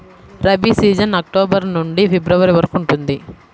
rabi season October నుండి February వరకు ఉంటుంది